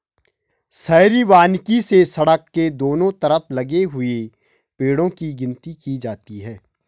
शहरी वानिकी से सड़क के दोनों तरफ लगे हुए पेड़ो की गिनती की जाती है